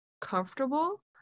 comfortable